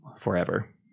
forever